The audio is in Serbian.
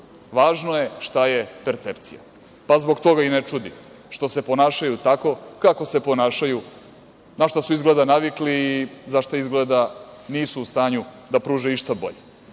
važno je šta je percepcija, pa zbog toga i ne čudi što se ponašaju tako kako se ponašaju, na šta su izgleda navikli i za šta, izgleda nisu u stanju da pružaju išta bolje. Dakle,